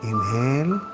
Inhale